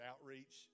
outreach